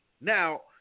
Now